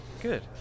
Good